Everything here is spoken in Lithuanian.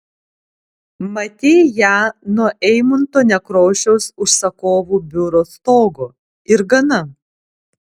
matei ją nuo eimunto nekrošiaus užsakovų biuro stogo ir gana